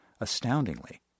Astoundingly